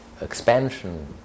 expansion